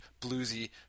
bluesy